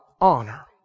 honor